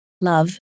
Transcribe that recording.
Love